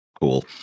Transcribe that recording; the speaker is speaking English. Cool